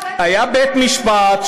היה בית-משפט,